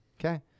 okay